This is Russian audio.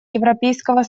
европейского